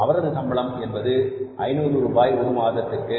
அவரது சம்பளம் என்பது 500 ரூபாய் ஒரு மாதத்திற்கு